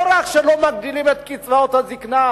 לא רק שלא מגדילים את קצבאות הזיקנה,